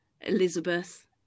Elizabeth